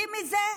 פוליטי מזה.